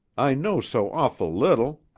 i know so awful little.